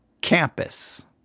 campus